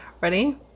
Ready